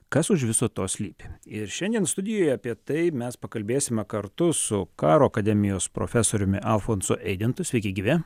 kas už viso to slypi ir šiandien studijoje apie tai mes pakalbėsime kartu su karo akademijos profesoriumi alfonsu eigintu sveiki gyvi